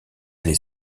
les